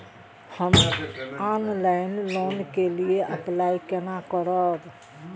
हम online loan के लिए अप्लाई केना करब?